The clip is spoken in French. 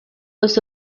aux